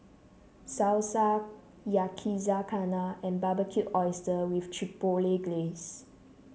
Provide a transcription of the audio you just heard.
Salsa Yakizakana and Barbecued Oysters with Chipotle Glaze